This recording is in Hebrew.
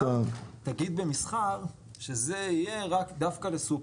נגיד במסחר שזה יהיה רק דווקא לסופר.